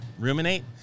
Ruminate